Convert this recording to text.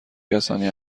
کسانی